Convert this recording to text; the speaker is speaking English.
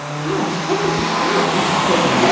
gosh, i could do all of these things. yeah